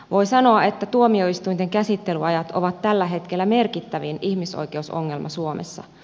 voi sanoa että tuomioistuinten käsittelyajat ovat tällä hetkellä merkittävin ihmisoikeusongelma suomessa